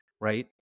right